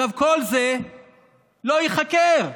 כל זה לא ייחקר.